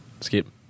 Skip